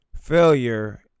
Failure